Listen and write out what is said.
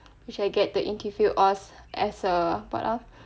which I get to interview as a part of